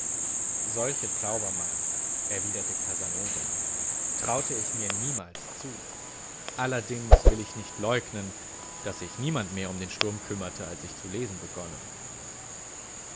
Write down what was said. solche zaubermacht erwiderte casanova traute ich mir niemals zu allerdings will ich nicht leugnen daß sich niemand mehr um den sturm kümmerte als ich zu lesen begonnen